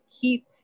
keep